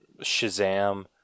Shazam